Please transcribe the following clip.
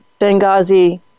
Benghazi